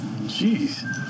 Jeez